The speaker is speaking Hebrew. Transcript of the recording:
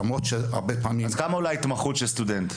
למרות שהרבה פעמים --- אז כמה עולה התמחות של סטודנט?